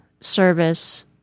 service